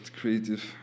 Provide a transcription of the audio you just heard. creative